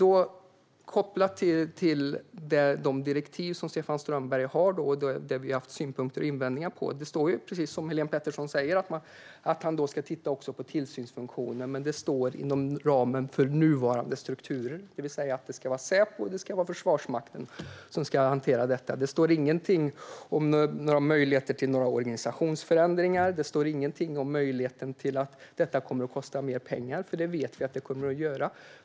Sedan gäller det de direktiv som Stefan Strömberg har och det som vi har haft synpunkter på och invändningar mot. Det står, precis som Helene Petersson säger, att han också ska titta på tillsynsfunktionen. Men det står: inom ramen för nuvarande strukturer. Det ska alltså vara Säpo och Försvarsmakten som ska hantera detta. Det står ingenting om några möjligheter till organisationsförändringar. Det står ingenting om möjligheten att detta kommer att kosta mer pengar - det vet vi att det kommer att göra.